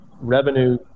revenue